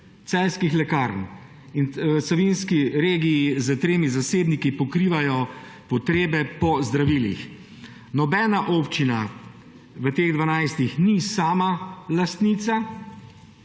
Celjskih lekarn in v Savinjski regiji s tremi zasebniki pokrivajo potrebe po zdravilih. Nobena občina od teh 12 ni sama lastnica